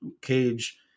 Cage